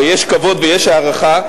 ויש כבוד ויש הערכה,